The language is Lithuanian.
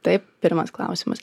tai pirmas klausimas